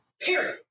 period